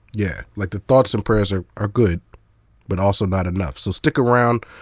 yeah, like the thoughts and prayers are are good but also not enough. so, stick around,